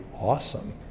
awesome